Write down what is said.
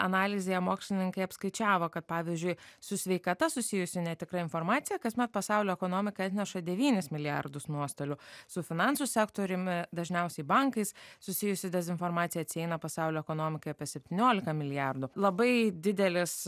analizėje mokslininkai apskaičiavo kad pavyzdžiui su sveikata susijusi netikra informacija kasmet pasaulio ekonomika atneša devynis milijardus nuostolių su finansų sektoriumi dažniausiai bankais susijusi dezinformacija atsieina pasaulio ekonomikai apie septyniolika milijardų labai didelis